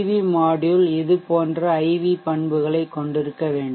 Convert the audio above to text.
we module இது போன்ற IV பண்புகளைக் கொண்டிருக்க வேண்டும்